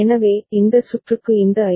எனவே இந்த சுற்றுக்கு இந்த ஐ